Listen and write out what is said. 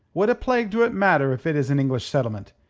what a plague do it matter if it is an english settlement?